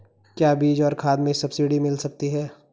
क्या बीज और खाद में सब्सिडी मिल जाती है?